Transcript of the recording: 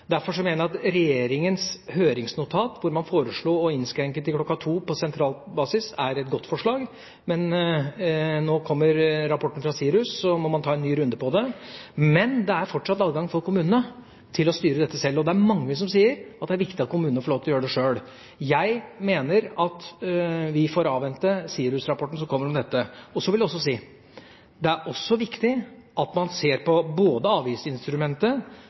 mener jeg at regjeringas høringsnotat, hvor man foreslo å innskrenke skjenketiden til kl. 02 på sentral basis, er et godt forslag. Men nå kommer rapporten fra SIRUS, og man må ta en ny runde på det. Men det er fortsatt adgang for kommunene til å styre dette sjøl. Det er mange som sier at det er viktig at kommunene får lov til å gjøre det sjøl. Jeg mener at vi får avvente SIRUS-rapporten som kommer om dette. Jeg vil også si at det er viktig at man ser på både avgiftsinstrumentet,